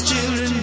children